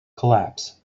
collapse